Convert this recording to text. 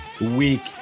week